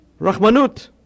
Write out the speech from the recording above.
Rachmanut